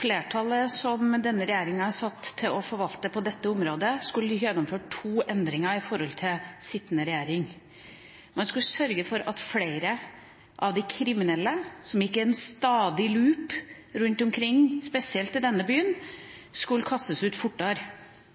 Flertallet som denne regjeringa er satt til å forvalte på dette området, skulle gjennomført to endringer i forhold til forrige regjering. Man skulle sørge for at flere av de kriminelle som gikk i en stadig loop rundt omkring, spesielt i denne byen, skulle kastes ut fortere,